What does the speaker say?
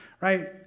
Right